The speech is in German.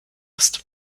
ist